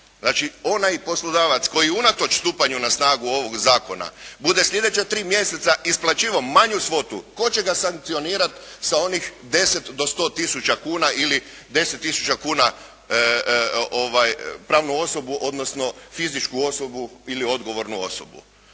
Znači onaj poslodavac koji unatoč stupanju na snagu ovog zakona bude sljedeća tri mjeseca isplaćivao manju svotu, tko će ga sankcionirati sa onih 10 do 100 tisuća kuna ili 10 tisuća kuna pravnu osobnu, odnosno fizičku osobu ili odgovornu osobu.